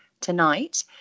tonight